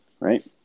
right